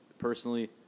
Personally